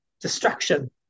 destruction